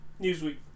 Newsweek